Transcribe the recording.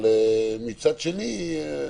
אבל מצד שני,